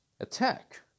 Attack